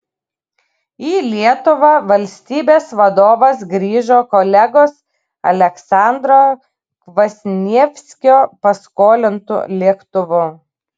į lietuvą valstybės vadovas grįžo kolegos aleksandro kvasnievskio paskolintu lėktuvu